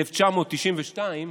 1992,